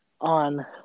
on